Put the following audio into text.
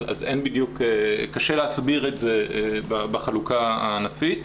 קשה להסביר את זה בחלוקה הענפית.